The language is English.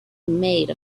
made